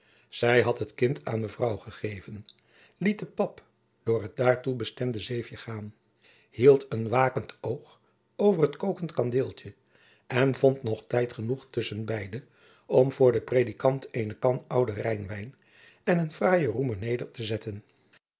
zij had het kind aan mevrouw gegeven liet de pap door het daartoe bestemde zeefje gaan hield een wakend oog over het kokend kandeeltje en vond nog tijd genoeg tusschenbeide om voor den predikant eene kan ouden rijnwijn en een fraaien roemer neder te zetten